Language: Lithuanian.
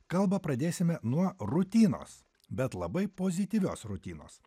kalbą pradėsime nuo rutinos bet labai pozityvios rutinos